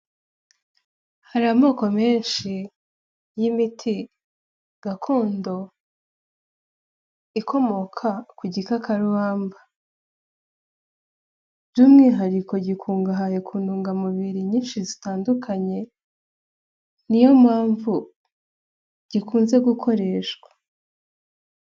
Hari amoko menshi gakondo ikomoka ku gikakarubamaba by'umwiriko gikungahaye ku ntungamubiri nyinshi tandukanye niyo mpamvu gikunze gukoreshwa.